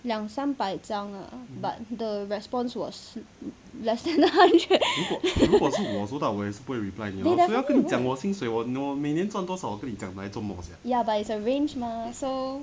两三百张 lah but the response was less than the hun~ ya but it's a range mah so